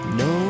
no